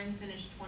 finished